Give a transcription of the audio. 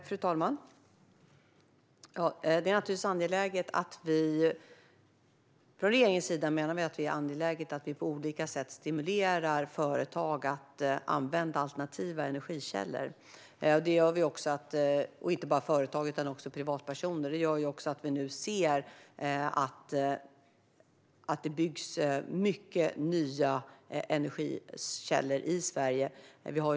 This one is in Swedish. Fru talman! Regeringen menar att det är angeläget att vi på olika sätt stimulerar företag, och även privatpersoner, att använda alternativa energikällor. Vi ser också att det leder till att det nu byggs mycket nya energikällor i Sverige.